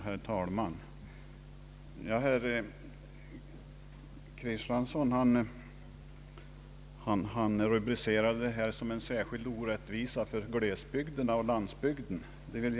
Herr talman! Herr Axel Kristiansson rubricerade förslaget om statens övertagande av lokalhållningen i förevarande fall såsom en särskild orättvisa för glesbygderna och landsbygdskommunerna.